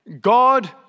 God